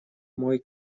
мой